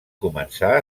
començar